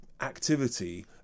activity